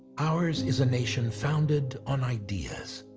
ours is a nation founded on ideas.